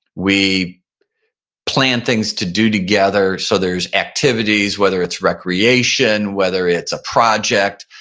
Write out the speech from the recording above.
we plan things to do together. so there's activities, whether it's recreation, whether it's a project,